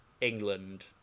England